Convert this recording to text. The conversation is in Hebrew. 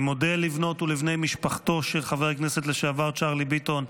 אני מודה לבנות ובני משפחתו של חבר הכנסת לשעבר צ'רלי ביטון,